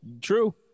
true